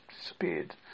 disappeared